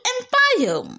Empire